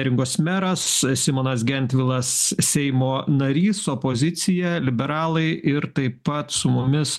neringos meras simonas gentvilas seimo narys opozicija liberalai ir taip pat su mumis